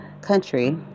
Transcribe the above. country